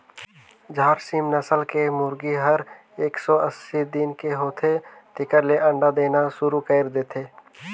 झारसिम नसल के मुरगी हर एक सौ अस्सी दिन के होथे तेकर ले अंडा देना सुरु कईर देथे